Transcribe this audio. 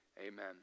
Amen